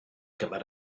gyfer